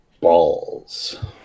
Balls